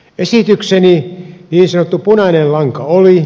esitykseni niin sanottu punainen lanka oli